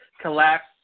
collapse